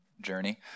journey